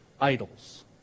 idols